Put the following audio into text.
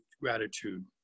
gratitude